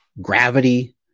gravity